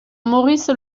maurice